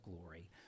glory